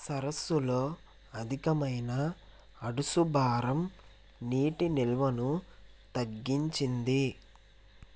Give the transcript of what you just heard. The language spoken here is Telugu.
సరస్సులో అధికమైన అడుసు భారం నీటి నిల్వను తగ్గించింది